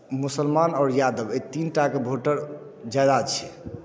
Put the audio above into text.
मुसलमान आओर यादव एहि तीन टाके भोटर ज्यादा छै